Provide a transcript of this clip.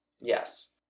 Yes